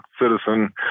citizen